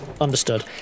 Understood